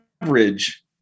average